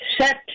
Set